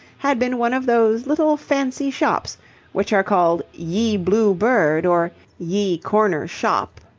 had been one of those little fancy shops which are called ye blue bird or ye corner shoppe,